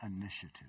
initiative